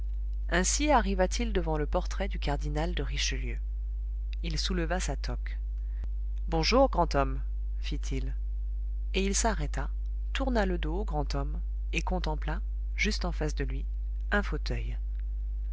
ainsi arriva-t-il devant le portrait du cardinal de richelieu il souleva sa toque bonjour grand homme fit-il et il s'arrêta tourna le dos au grand homme et contempla juste en face de lui un fauteuil